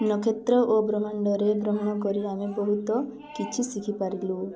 ନକ୍ଷତ୍ର ଓ ବ୍ରହ୍ମାଣ୍ଡରେ ଭ୍ରମଣ କରି ଆମେ ବହୁତ କିଛି ଶିଖିପାରିଲୁ